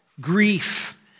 grief